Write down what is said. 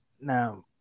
Now